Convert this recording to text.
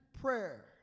prayer